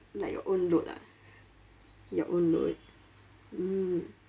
like your own load ah your own load mm